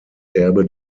erbe